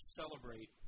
celebrate